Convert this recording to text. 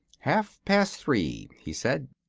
half-past three, he said.